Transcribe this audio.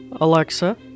Alexa